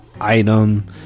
item